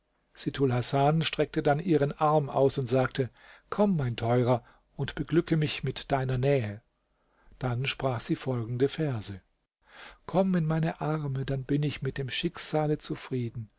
sittulhasan streckte dann ihren arm aus und sagte komm mein teurer und beglücke mich mit deiner nähe dann sprach sie folgende verse komm in meine arme dann bin ich mit dem schicksale zufrieden